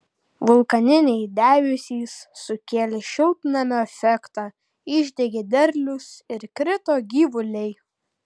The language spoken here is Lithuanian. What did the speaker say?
vulkaniniai debesys sukėlė šiltnamio efektą išdegė derlius ir krito gyvuliai